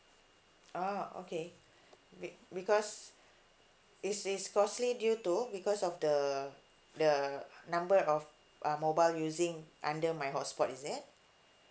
ah okay be because is is costly due to because of the the number of uh mobile using under my hotspot is it